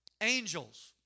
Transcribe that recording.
angels